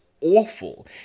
awful